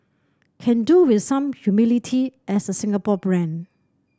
can do with some humility as a Singapore brand